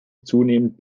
zunehmend